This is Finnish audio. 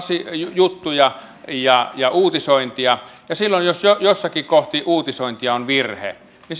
juttuja ja ja uutisointia ja silloin jos jossakin kohtaa uutisointia on virhe niin